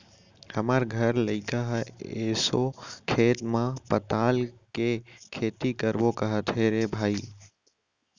हमर घर लइका ह एसो खेत म पताल के खेती करबो कहत हे रे भई